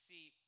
See